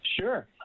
sure